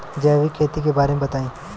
जैविक खेती के बारे में बताइ